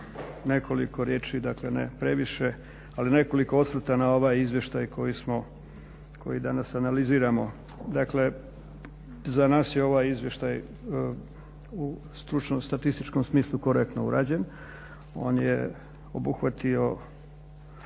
nekoliko riječi, dakle ne previše, ali nekoliko osvrta na ovaj izvještaj koji danas analiziramo. Dakle za nas je ovaj izvještaj u stručnom statističkom smislu korektno urađen, on je obuhvatio